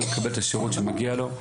הוא יקבל את השירות שמגיע לו.